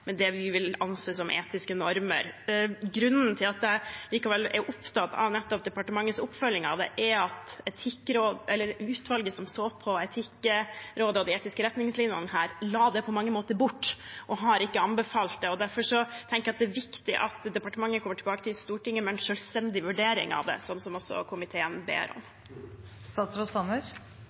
det vi vil anse som etiske normer. Grunnen til at jeg likevel er opptatt av nettopp departementets oppfølging av det, er at utvalget som så på Etikkrådet og de etiske retningslinjene her, på mange måter la det bort og ikke har anbefalt det. Derfor tenker jeg det er viktig at departementet kommer tilbake til Stortinget med en selvstendig vurdering av det, som komiteen også ber